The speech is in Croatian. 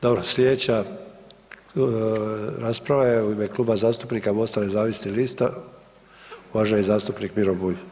Dobro, slijedeća rasprava je u ime Kluba zastupnika MOST-a nezavisni lista, uvaženi zastupnik Miro Bulj.